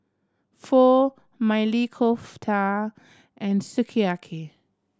Pho Maili Kofta and Sukiyaki